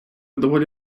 доволі